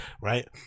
Right